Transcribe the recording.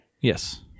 Yes